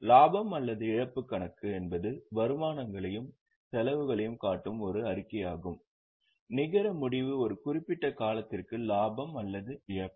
லாபம் அல்லது இழப்பு கணக்கு என்பது வருமானங்களையும் செலவுகளையும் காட்டும் ஒரு அறிக்கையாகும் நிகர முடிவு ஒரு குறிப்பிட்ட காலத்திற்கு லாபம் அல்லது இழப்பு